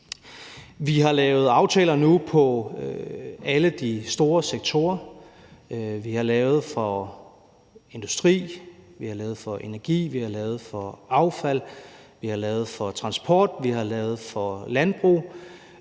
Vi har nu lavet aftaler på alle de store sektorer: Vi har lavet for industri, vi har lavet for energi, vi har lavet for affald, vi har lavet for transport, vi har lavet for landbrug